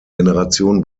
generation